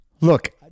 look